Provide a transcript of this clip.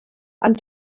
and